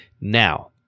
Now